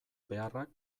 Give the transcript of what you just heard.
beharrak